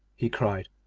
he cried,